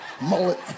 mullet